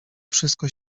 wszystko